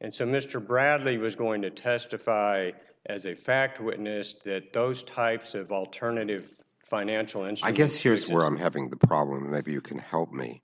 and so mr bradley was going to testify as a fact witness that those types of alternative financial and i guess here's where i'm having the problem maybe you can help me